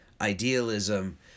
idealism